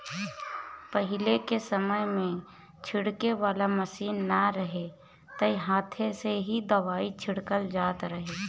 पहिले के समय में छिड़के वाला मशीन ना रहे त हाथे से ही दवाई छिड़कल जात रहे